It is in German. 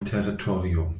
territorium